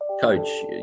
coach